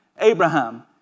Abraham